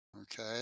Okay